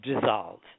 dissolve